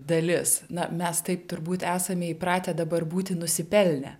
dalis na mes taip turbūt esame įpratę dabar būti nusipelnę